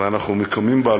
ואנחנו מקימים בה,